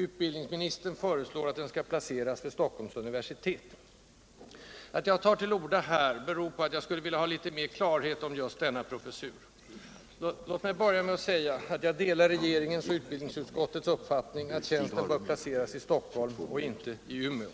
Utbildningsministern föreslår att den skall placeras vid Stockholms universitet. Att jag tar till orda här beror på att jag skulle vilja ha litet mera klarhet om just denna professur. Låt mig börja med att säga att jag delar regeringens och utbildningsutskottets uppfattning att tjänsten bör placeras i Stockholm och inte i Umeå.